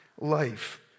life